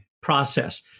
process